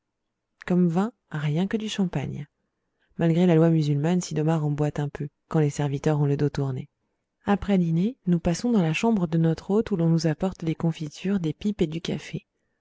comme vin rien que du champagne malgré la loi musulmane sid'omar en boit un peu quand les serviteurs ont le dos tourné après dîner nous passons dans la chambre de notre hôte où l'on nous apporte des confitures des pipes et du café